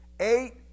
Eight